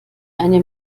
eine